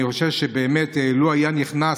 אני חושב שבאמת לו היה נכנס,